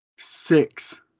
Six